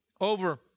over